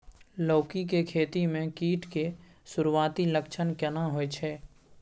लौकी के खेती मे कीट के सुरूआती लक्षण केना होय छै?